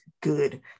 good